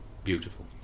Beautiful